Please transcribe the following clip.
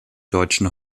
deutschen